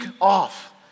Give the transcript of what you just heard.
off